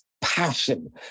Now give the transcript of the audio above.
passion